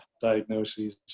diagnoses